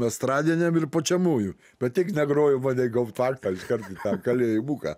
estradiniam ir pučiamųjų bet tik negroju mane į gauftvachtą iškart į tą kalėjimuką